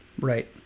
Right